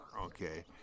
okay